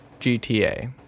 GTA